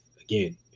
again